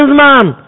man